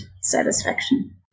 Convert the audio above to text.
satisfaction